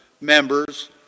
members